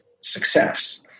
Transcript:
success